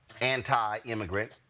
anti-immigrant